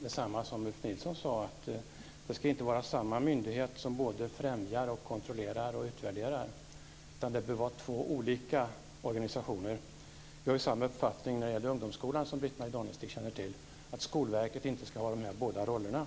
detsamma som Ulf Nilsson. Det ska inte vara samma myndighet som både främjar, kontrollerar och utvärderar. Det bör vara två olika organisationer. Vi har samma uppfattning när det gäller ungdomsskolan, som Britt-Marie Danestig känner till. Skolverket ska inte ha dessa båda roller.